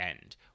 end